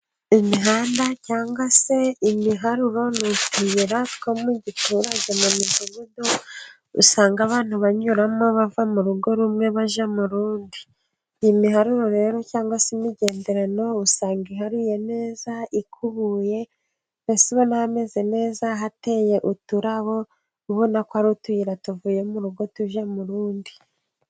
Imihanda cyangwa se imiharuro ni utuyira two mu giturage, mu midugudu usanga abana banyuramo bava mu rugo rumwe bajya mu rundi, imiharuro rero cyangwa se imigenderano usanga ihari isa neza, ikubuye mbese ubona hameze neza, ahateye uturabo ubona ko ari utuyira tuvuye mu rugo tuva mu rundi.